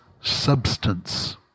substance